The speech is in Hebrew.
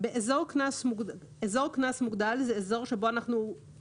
אזור קנס מוגדל הוא אזור כמשמעותו,